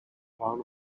crown